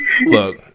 Look